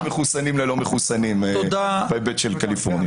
מחוסנים ללא מחוסנים בהיבט של קליפורניה.